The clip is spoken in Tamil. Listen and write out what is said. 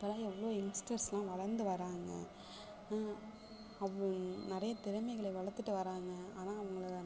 இப்பெல்லாம் எவ்வளோ யங்ஸ்டர்ஸ்லாம் வளர்ந்து வர்றாங்க அவ்வு நிறையா திறமைகளை வளர்த்துட்டு வராங்க ஆனால் அவங்கள